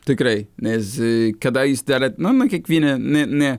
tikrai nes kada jūs darot nu ne kiekvieną ne ne